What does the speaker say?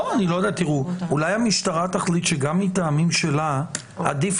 אולי המשטרה תחליט שגם מטעמים שלה עדיף